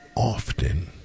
often